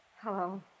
Hello